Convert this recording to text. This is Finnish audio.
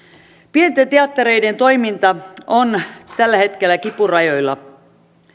pienten teattereiden toiminta on tällä hetkellä kipurajoilla